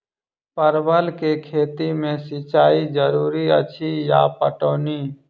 परवल केँ खेती मे सिंचाई जरूरी अछि या पटौनी?